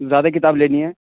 زیادہ کتاب لینی ہے